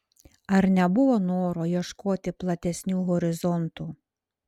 ar nebuvo noro ieškoti platesnių horizontų